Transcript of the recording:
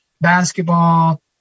basketball